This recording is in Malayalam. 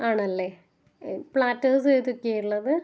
ആണല്ലേ പ്ലാറ്റേർസ് ഏതൊക്കെയാണ് ഉള്ളത്